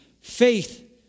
faith